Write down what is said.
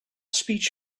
speech